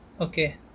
Okay